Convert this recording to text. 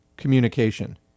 communication